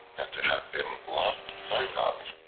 and to have been lost sight of.